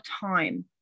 time